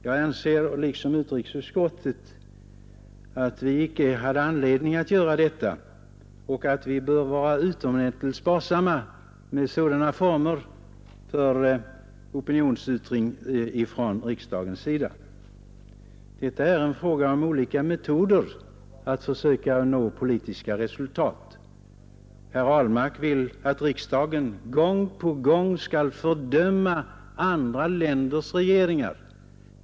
Jag anser liksom utrikesutskottet att vi icke hade anledning att göra detta och att vi bör vara utomordentligt sparsamma med sådana former för opinionsyttring ifrån riksdagens sida. Detta är en fråga om olika metoder att försöka nå politiska resultat. Herr Ahlmark vill att riksdagen gång på gång skall fördöma andra länders regeringar.